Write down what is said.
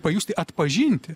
pajusti atpažinti